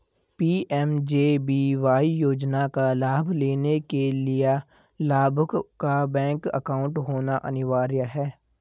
PMJBY योजना का लाभ लेने के लिया लाभुक का बैंक अकाउंट होना अनिवार्य है